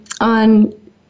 on